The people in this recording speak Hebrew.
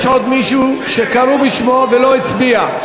יש עוד מישהו שקראו בשמו ולא הצביע?